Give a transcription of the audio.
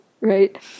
right